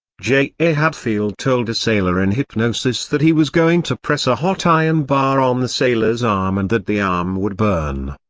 j a. hadfield told a sailor in hypnosis that he was going to press a hot iron bar on um the sailor's arm and that the arm would burn.